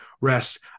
rest